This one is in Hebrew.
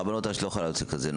הרבנות לא יכולה להוציא כזה נוהל.